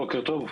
בוקר טוב.